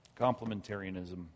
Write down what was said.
Complementarianism